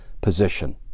position